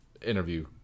interview